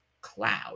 cloud